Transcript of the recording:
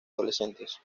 adolescentes